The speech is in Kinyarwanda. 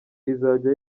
izajya